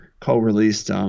co-released